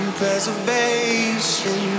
preservation